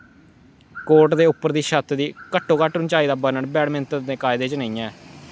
court दे उप्पर दी छत दी घट्टोघट्ट उच्चाई दा बर्णन बैडमिंटन दे कायदें च नेईं ऐ